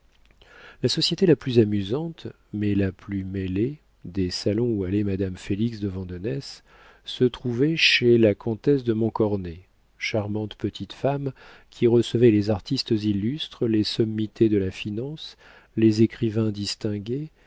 la société la plus amusante mais la plus mêlée des salons où allait madame félix de vandenesse se trouvait chez la comtesse de montcornet charmante petite femme qui recevait les artistes illustres les sommités de la finance les écrivains distingués